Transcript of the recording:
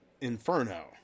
inferno